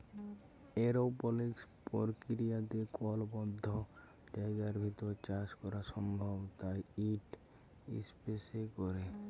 এরওপলিক্স পর্কিরিয়াতে কল বদ্ধ জায়গার ভিতর চাষ ক্যরা সম্ভব তাই ইট ইসপেসে ক্যরে